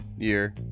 year